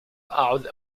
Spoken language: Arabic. أعد